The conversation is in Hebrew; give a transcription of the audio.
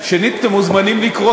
עצמי איפה אקוניס.